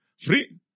free